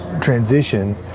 transition